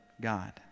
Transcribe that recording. God